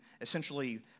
essentially